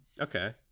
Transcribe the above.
okay